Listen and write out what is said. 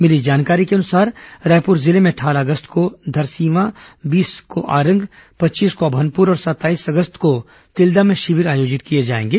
मिली जानकारी के अनुसार रायपुर जिले में अट्टारह अगस्त को धरसींवा बीस को आरंग पच्चीस को अमनपुर और सत्ताईस अगस्त को तिल्दा में शिविर आयोजित किए जाएंगे